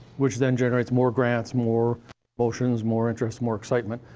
which then generates more grants, more motions, more interests, more excitement,